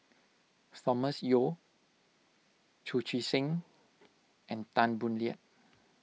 Thomas Yeo Chu Chee Seng and Tan Boo Liat